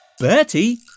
Bertie